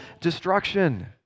destruction